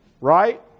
Right